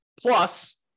Plus